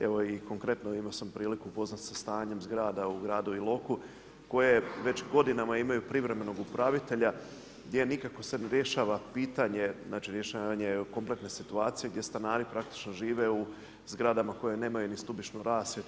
Evo i konkretno imao sam priliku upoznati se sa stanjem zgrada u gradu Iloku koje već godinama imaju privremenog upravitelja gdje nikako se ne rješava pitanje, znači rješavanje kompletne situacije gdje stanari praktično žive u zgradama koje nemaju ni stubišnu rasvjetu.